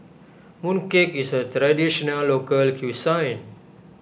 Mooncake is a Traditional Local Cuisine